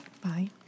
Bye